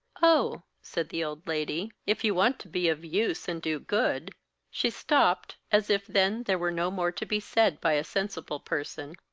oh! said the old lady. if you want to be of use, and do good she stopped, as if then there were no more to be said by a sensible person.